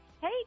Hey